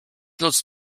nutzt